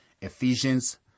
Ephesians